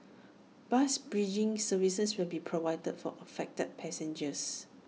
bus bridging services will be provided for affected passengers